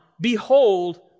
Behold